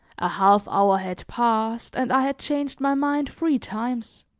a half hour had passed, and i had changed my mind three times.